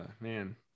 man